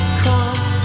come